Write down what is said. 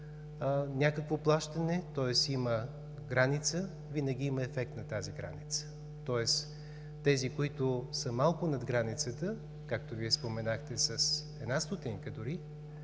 някакво плащане, тоест има граница, винаги има ефект на тази граница, тоест тези, които са малко над границата, както Вие споменахте, с една стотинка дори,